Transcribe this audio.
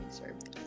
service